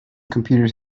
computers